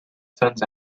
sons